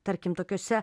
tarkim tokiose